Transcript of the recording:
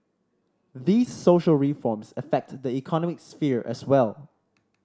these social reforms affect the economic sphere as well